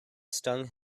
stung